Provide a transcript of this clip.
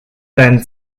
deinen